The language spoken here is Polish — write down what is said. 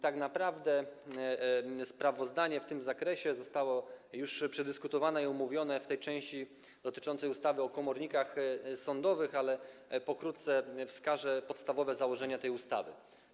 Tak naprawdę sprawozdanie w tym zakresie zostało już przedyskutowane i omówione w tej części dotyczącej ustawy o komornikach sądowych, ale pokrótce wskażę podstawowe założenia tej ustawy.